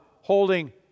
holding